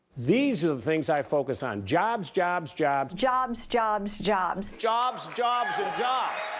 these are the things i focus on. jobs, jobs, jobs jobs, jobs, jobs. jobs, jobs, and jobs.